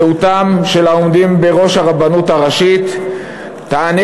זהותם של העומדים בראש הרבנות הראשית תענה